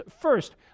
first